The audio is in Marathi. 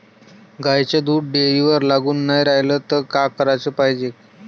गाईचं दूध डेअरीवर लागून नाई रायलं त का कराच पायजे?